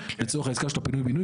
לצורך העסקה של הפינוי בינוי,